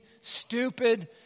stupid